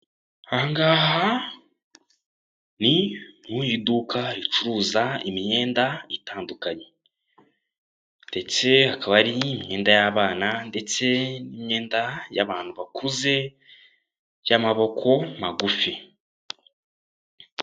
Aha ngaha ni mu iduka ricuruza imyenda itandukanye ndetse hakaba hari imyenda y'abana ndetse n'imyenda y'abantu bakuze y'amaboko magufi.